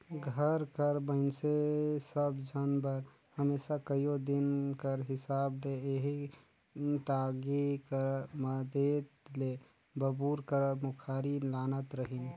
घर कर मइनसे सब झन बर हमेसा कइयो दिन कर हिसाब ले एही टागी कर मदेत ले बबूर कर मुखारी लानत रहिन